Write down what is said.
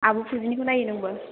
आब' फुजिनिखौ नायो नोंबो